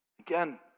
Again